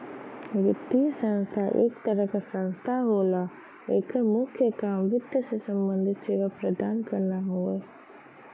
वित्तीय संस्था एक तरह क संस्था होला एकर मुख्य काम वित्त से सम्बंधित सेवा प्रदान करना हउवे